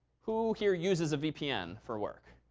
who here uses a vpn for work?